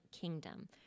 Kingdom